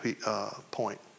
point